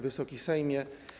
Wysoki Sejmie!